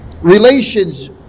relations